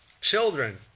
children